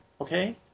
okay